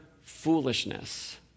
foolishness